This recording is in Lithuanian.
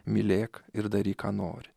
mylėk ir daryk ką nori